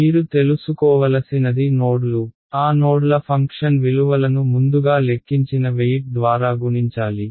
మీరు తెలుసుకోవలసినది నోడ్లు ఆ నోడ్ల ఫంక్షన్ విలువలను ముందుగా లెక్కించిన వెయిట్ ద్వారా గుణించాలి